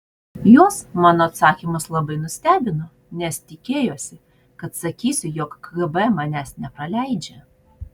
juos mano atsakymas labai nustebino nes tikėjosi kad sakysiu jog kgb manęs nepraleidžia